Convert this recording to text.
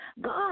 God